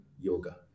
yoga